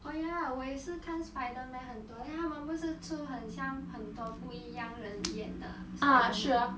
oh ya 我也是看 spiderman 很多 then 他们不是出很像很多不一样人演的